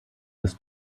des